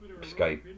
Skype